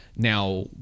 Now